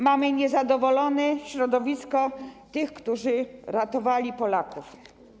Mamy niezadowolone środowisko tych, którzy ratowali Polaków.